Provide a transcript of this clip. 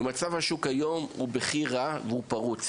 ומצב השוק היום הוא בכי רע ופרוץ.